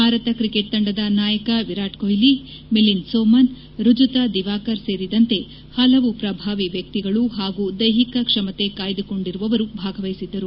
Bharat cricket ತಂಡದ ನಾಯಕ ವಿರಾಟ್ ಕೊಹ್ಲಿ ಮಿಲಿಂದ್ ಸೋಮನ್ ರುಜುತ ದಿವಾಕರ್ ಸೇರಿದಂತೆ ಹಲವು ಪ್ರಭಾವಿ ವ್ಯಕ್ತಿಗಳು ಹಾಗೂ ದ್ವೆಹಿಕ ಕ್ಷಮತೆ ಕಾಯ್ದುಕೊಂಡಿರುವವರು ಭಾಗವಹಿಸಿದ್ದರು